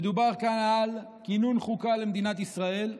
מדובר כאן על כינון חוקה למדינת ישראל,